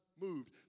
moved